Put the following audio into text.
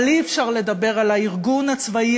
אבל אי-אפשר לדבר על הארגון הצבאי